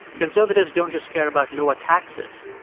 conservatives don't just care about lower taxes.